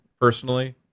personally